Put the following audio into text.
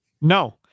No